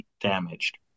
damaged